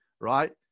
right